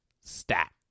stat